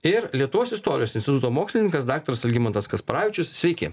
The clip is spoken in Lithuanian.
ir lietuvos istorijos instituto mokslininkas daktaras algimantas kasparavičius sveiki